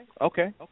okay